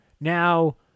Now